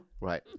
Right